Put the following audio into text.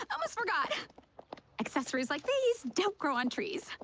i was forgotten accessories like these don't grow on trees